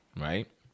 right